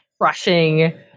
crushing